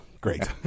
Great